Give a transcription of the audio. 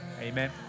Amen